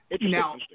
Now